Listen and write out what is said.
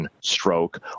stroke